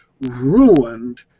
ruined